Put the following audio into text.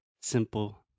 simple